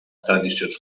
tradicions